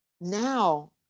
now